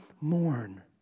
mourn